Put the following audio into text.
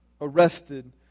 arrested